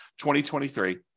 2023